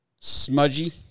Smudgy